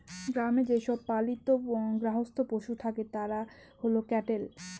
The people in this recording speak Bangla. গ্রামে যে সব পালিত গার্হস্থ্য পশু থাকে তারা হল ক্যাটেল